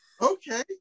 okay